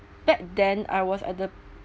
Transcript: back then I was at the